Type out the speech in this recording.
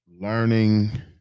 learning